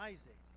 Isaac